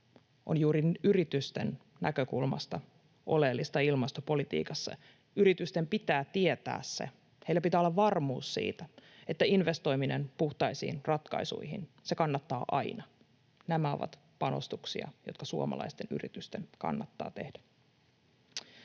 on juuri yritysten näkökulmasta oleellista ilmastopolitiikassa. Yritysten pitää tietää se, heillä pitää olla varmuus siitä, että investoiminen puhtaisiin ratkaisuihin kannattaa aina. Nämä ovat panostuksia, jotka suomalaisten yritysten kannattaa tehdä.